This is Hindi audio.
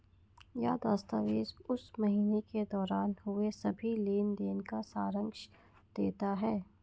यह दस्तावेज़ उस महीने के दौरान हुए सभी लेन देन का सारांश देता है